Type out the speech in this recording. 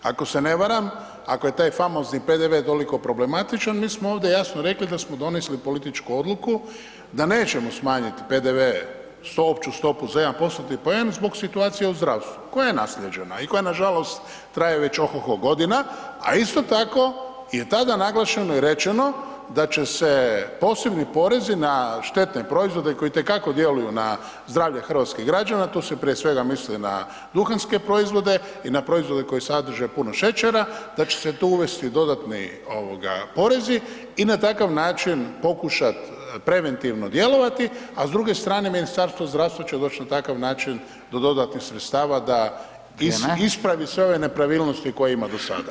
Ako se ne varam, ako je taj famozni PDV toliko problematičan mi smo ovdje jasno rekli da smo donesli političku odluku da nećemo smanjiti PDV opću stopu za 1%-tni poen zbog situacije u zdravstvu koja je naslijeđena i koja nažalost traje već ohoho godina, a isto tako je tada naglašeno i rečeno da će se posebni porezi na štetne proizvode koji itekako djeluju na zdravlje hrvatskih građana, tu se prije svega misli na duhanske proizvode i na proizvode koji sadrže puno šećera da će tu uvesti dodatni porezi i na takav način pokušat preventivno djelovati, a s druge strane Ministarstvo zdravstva će doć na takav način do dodatnih sredstava da ispravi sve ove nepravilnosti koje je ima do sada.